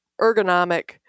ergonomic